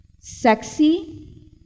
sexy